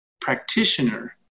practitioner